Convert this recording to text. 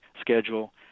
schedule